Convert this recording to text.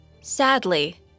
Sadly